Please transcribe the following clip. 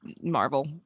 Marvel